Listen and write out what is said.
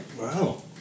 Wow